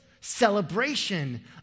celebration